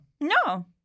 No